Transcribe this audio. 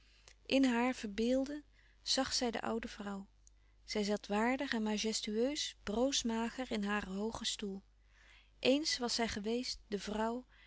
in haar verbeelden zag zij de oude vrouw zij zat waardig en majestueus broos mager in haar hoogen stoel eens was zij geweest de vrouw